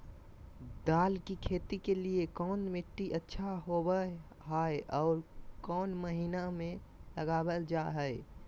दाल की खेती के लिए कौन मिट्टी अच्छा होबो हाय और कौन महीना में लगाबल जा हाय?